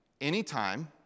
anytime